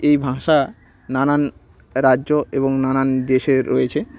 এই ভাষা নানান রাজ্য এবং নানান দেশের রয়েছে